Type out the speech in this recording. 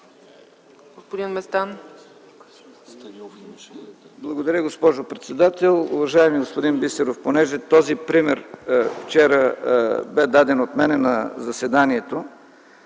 Благодаря, госпожо председател. Уважаеми господин Бисеров, понеже този пример вчера бе даден от мен на заседанието,